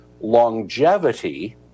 longevity